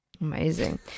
Amazing